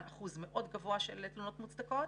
אחוז מאוד גבוה של תלונות מוצדקות,